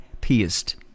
pierced